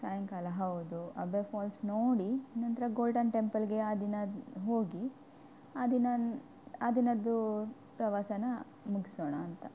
ಸಾಯಂಕಾಲ ಹೌದು Abbey Falls ನೋಡಿ ನಂತರ ಗೋಲ್ಡನ್ ಟೆಂಪಲ್ಗೆ ಆ ದಿನ ಹೋಗಿ ಆ ದಿನ ಆ ದಿನದ್ದು ಪ್ರವಾಸನ ಮುಗಿಸೋಣ ಅಂತ